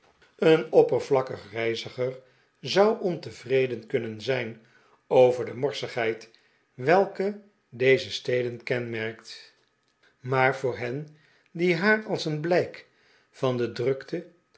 een oppervlakkig reiziger zou ontevreden kunnen zijn over de morsigheid welke deze steden kenmerkt iaar voor hen die haar als een blijk van de drukte